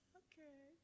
okay